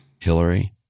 Hillary